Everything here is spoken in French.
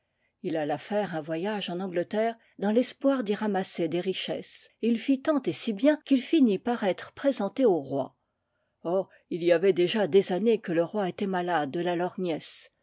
il alla faire un voyage en angleterre dans l'espoir d'y ramasser des richesses et il fit tant et si bien qu'il finit par être présenté au roi or il y avait déjà des années que le roi était malade de la